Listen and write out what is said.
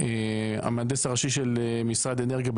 המהנדס הראשי של משרד האנרגיה,